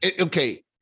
okay